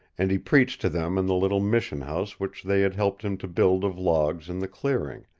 and he preached to them in the little mission house which they had helped him to build of logs in the clearing.